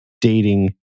dating